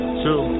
two